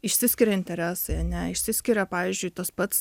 išsiskiria interesai ane išsiskiria pavyzdžiui tas pats